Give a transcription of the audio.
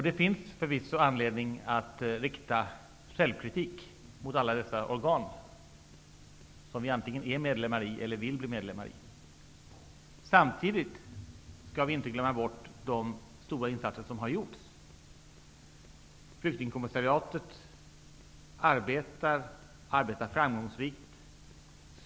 Det finns förvisso anledning att rikta självkritik mot alla dessa organ som vi antingen är medlemmar i eller vill bli medlemmar i. Samtidigt skall vi inte glömma bort de stora insatser som har gjorts. Flyktingkommissariatet arbetar framgångsrikt.